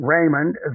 Raymond